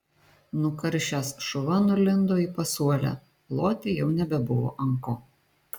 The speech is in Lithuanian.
nukaršęs šuva nulindo į pasuolę loti jau nebebuvo ant ko